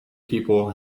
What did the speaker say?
people